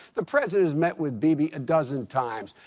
the president has met with bibi a dozen times.